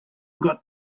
got